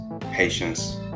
patience